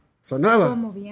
Sonaba